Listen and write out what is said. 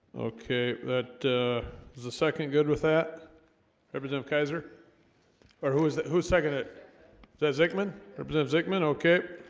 okay, that there's a second good with that represent of kaiser or who is that who second it says hickman represent sickman, okay?